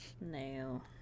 No